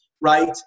right